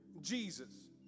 Jesus